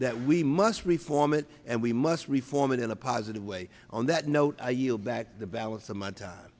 that we must reform it and we must reform it in a positive way on that note i yield back the balance of my time